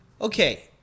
Okay